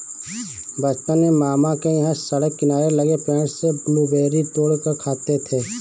बचपन में मामा के यहां सड़क किनारे लगे पेड़ से ब्लूबेरी तोड़ कर खाते थे